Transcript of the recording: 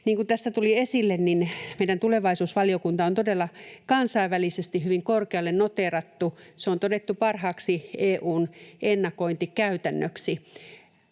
kuin tässä tuli esille, meidän tulevaisuusvaliokunta on todella kansainvälisesti hyvin korkealle noteerattu. Se on todettu parhaaksi EU:n ennakointikäytännöksi.